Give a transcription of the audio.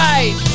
Right